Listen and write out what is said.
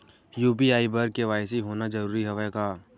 UPI बर KYC होना जरूरी हवय का?